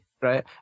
Right